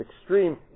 extreme